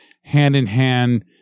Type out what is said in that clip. hand-in-hand